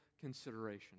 consideration